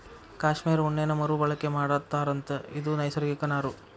cashmere ಉಣ್ಣೇನ ಮರು ಬಳಕೆ ಮಾಡತಾರಂತ ಇದು ನೈಸರ್ಗಿಕ ನಾರು